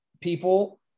people